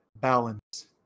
balance